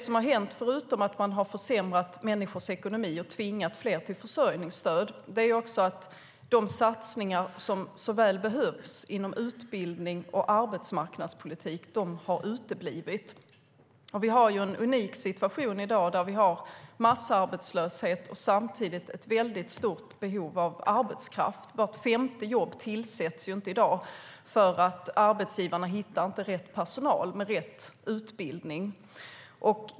Förutom att man har försämrat människors ekonomi och tvingat fler till försörjningsstöd har de satsningar som så väl behövs inom utbildning och arbetsmarknadspolitik uteblivit. Vi har en unik situation i dag med massarbetslöshet och samtidigt ett stort behov av arbetskraft. Vart femte vakant jobb tillsätts inte i dag därför att arbetsgivare inte hittar rätt personal med rätt utbildning.